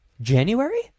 January